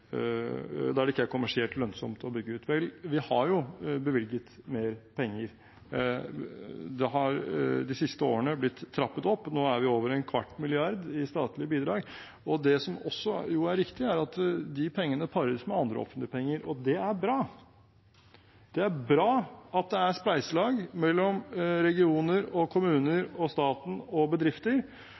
kommersielt lønnsomt å bygge ut. Vel, vi har jo bevilget mer penger. Det har de siste årene blitt trappet opp. Nå er vi over en kvart milliard i statlig bidrag. Det som også er riktig, er at de pengene pares med andre offentlige penger, og det er bra. Det er bra at det er et spleiselag mellom regioner og kommuner og staten og bedrifter,